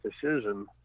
decision